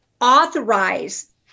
authorize